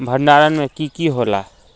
भण्डारण में की की होला?